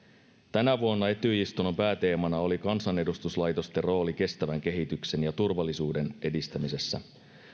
tänä vuonna etyj istunnon pääteemana oli kansanedustuslaitosten rooli kestävän kehityksen ja turvallisuuden edistämisessä